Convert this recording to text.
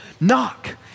Knock